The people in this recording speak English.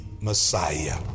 Messiah